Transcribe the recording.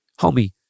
homie